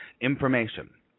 information